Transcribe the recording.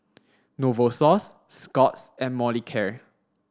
Novosource Scott's and Molicare